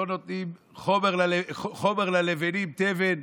לא נותנים חומר ללבנים, תבן,